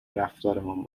رفتارمان